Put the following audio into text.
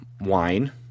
wine